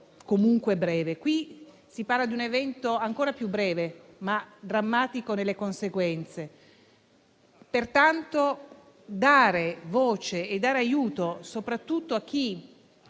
comunque breve. In questo caso, si parla di un evento ancora più breve ma drammatico nelle conseguenze. Pertanto, dare voce e aiuto soprattutto a chi